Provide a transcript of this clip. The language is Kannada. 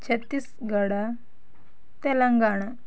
ಛತ್ತೀಸ್ಗಢ ತೆಲಂಗಾಣ